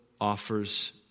offers